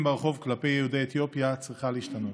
ברחוב כלפי יהודי אתיופיה צריכים להשתנות.